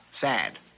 sad